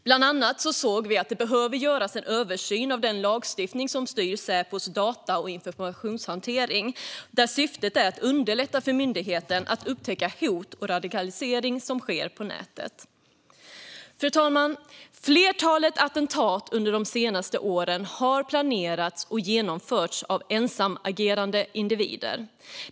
Bland annat har vi sett att det behöver göras en översyn av den lagstiftning som styr Säpos data och informationshantering. Syftet är att underlätta för myndigheten att upptäcka hot och radikalisering på nätet. Fru talman! Flertalet attentat under de senaste åren har planerats och genomförts av ensamagerande individer.